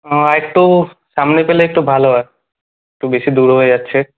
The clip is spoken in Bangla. ও আরেকটু সামনে পেলে একটু ভালো হয় একটু বেশি দূর হয়ে যাচ্ছে